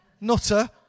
nutter